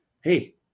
hey